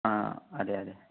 ആ അതെ അതെ